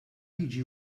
liġi